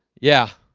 yeah,